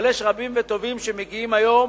אבל יש רבים וטובים שמגיעים היום